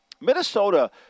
Minnesota